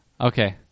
Okay